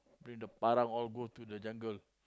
bring the parang all go to the jungle